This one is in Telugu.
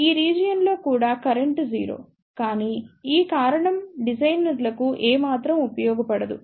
ఈ రీజియన్ లో కూడా కరెంట్ 0 కానీ ఈ కారణం డిజైనర్లకు ఏమాత్రం ఉపయోగపడదు